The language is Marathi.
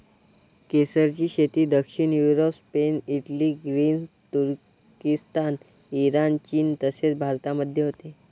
केसरची शेती दक्षिण युरोप, स्पेन, इटली, ग्रीस, तुर्किस्तान, इराण, चीन तसेच भारतामध्ये होते